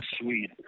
sweet